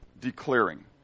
declaring